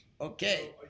Okay